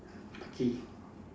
okay